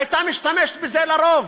היא הייתה משתמשת בזה לרוב,